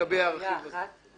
בעירייה אחת?